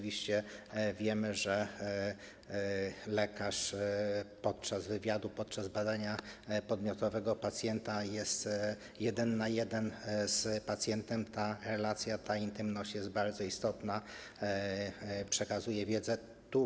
Wiemy, że lekarz podczas wywiadu, podczas badania podmiotowego pacjenta jest jeden na jeden z pacjentem, ta relacja, ta intymność jest bardzo istotna, przekazuje się wiedzę.